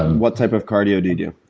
what type of cardio do you do?